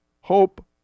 hope